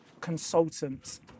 consultants